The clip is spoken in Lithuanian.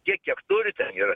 tiek kiek turi ten yra